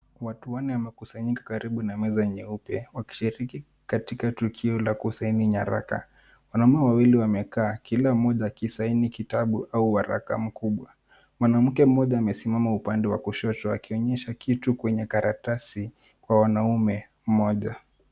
Watu wanne wamekusanyika karibu na meza nyeupe wakishiriki katika tukio la kusaini nyaraka. Wanaume wawili wamekaa kila mmoja akisaini kitabu au waraka mkubwa. Mwanamke mmoja amesimama upande wa kushoto akionyesha kitu kwenye karatasi kwa wanaume mmoja.